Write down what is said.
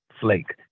Flake